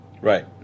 Right